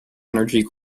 energy